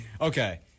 Okay